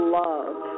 love